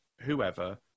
whoever